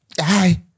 Hi